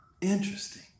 Interesting